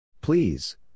Please